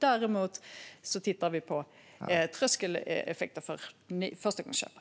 Däremot tittar vi på tröskeleffekter för förstagångsköpare.